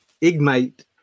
ignite